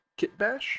kitbash